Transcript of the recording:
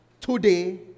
today